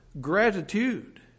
gratitude